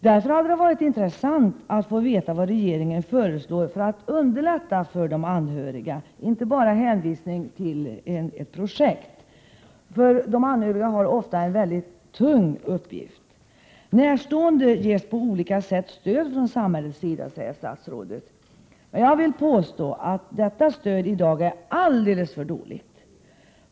Därför hade det varit intressant att få veta vad regeringen föreslår för att underlätta situationen för de anhöriga, och inte bara få en hänvisning till ett projekt. De anhöriga har ofta en väldigt tung uppgift. Närstående ges på olika sätt stöd från samhällets sida, 39 säger statsrådet. Jag vill påstå att detta stöd i dag är alldeles för dåligt.